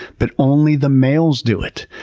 but only the males do it.